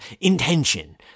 intention